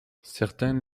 certains